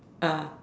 ah